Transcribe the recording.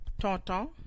Tonton